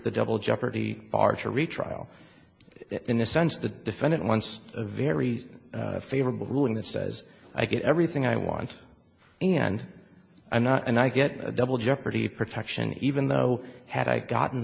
the double jeopardy archery trial in the sense of the defendant once a very favorable ruling that says i get everything i want and i'm not and i get double jeopardy protection even though had i gotten